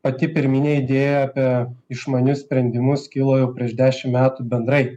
pati pirminė idėja apie išmanius sprendimus kilo jau prieš dešim metų bendrai